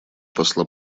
посла